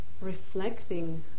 reflecting